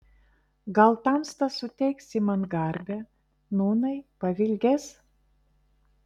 gal tamsta suteiksi man garbę nūnai pavilgęs